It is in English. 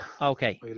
okay